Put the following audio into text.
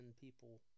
people